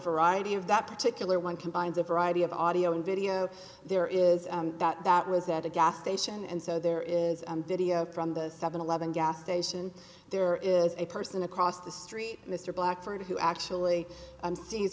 variety of that particular one combines a variety of audio and video there is that that was at a gas station and so there is video from the seven eleven gas station there is a person across the street mr blackford who actually and sees